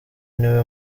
niwe